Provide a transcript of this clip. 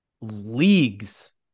leagues